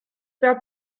pas